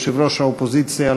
יושב-ראש האופוזיציה,